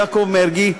יעקב מרגי,